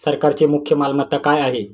सरकारची मुख्य मालमत्ता काय आहे?